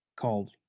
called